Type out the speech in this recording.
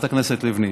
חברת הכנסת לבני,